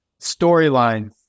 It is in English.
storylines